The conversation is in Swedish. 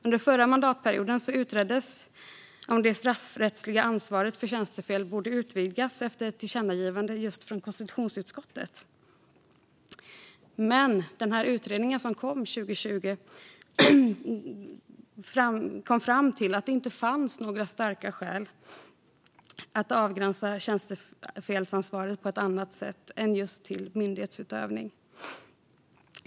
Under förra mandatperioden utreddes om det straffrättsliga ansvaret för tjänstefel borde utvidgas, efter ett tillkännagivande från konstitutionsutskottet. Men enligt utredningen som kom 2020 fanns det inte några starka skäl att avgränsa tjänstefelsansvaret på annat sätt än till myndighetsutövning.